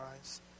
eyes